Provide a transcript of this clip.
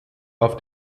auf